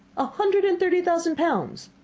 a hundred and thirty thousand pounds!